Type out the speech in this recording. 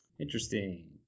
Interesting